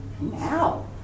now